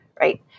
right